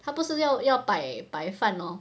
他不是要要白白饭 lor